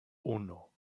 uno